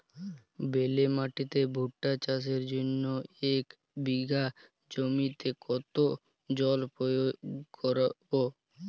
বেলে মাটিতে ভুট্টা চাষের জন্য এক বিঘা জমিতে কতো জল প্রয়োগ করব?